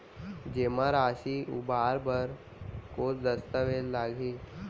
जेमा राशि उबार बर कोस दस्तावेज़ लागही?